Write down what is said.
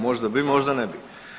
Možda bi, možda ne bi.